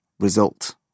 Result